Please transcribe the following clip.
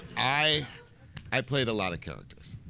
i i played a lot of characters.